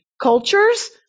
cultures